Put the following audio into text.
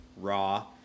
Raw